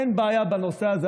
אין בעיה בנושא הזה,